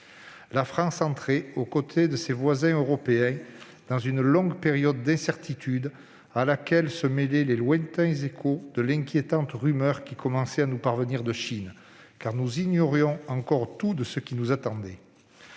La France entrait alors, aux côtés de ses voisins européens, dans une longue période d'incertitude, à laquelle se mêlaient les lointains échos de l'inquiétante rumeur qui commençait à nous parvenir de Chine, car nous ignorions encore tout de ce qui nous attendait.